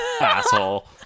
asshole